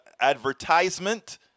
advertisement